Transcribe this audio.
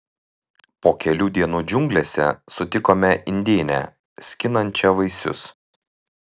po kelių dienų džiunglėse sutikome indėnę skinančią vaisius